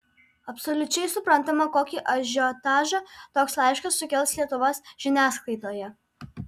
absoliučiai suprantama kokį ažiotažą toks laiškas sukels lietuvos žiniasklaidoje